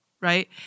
right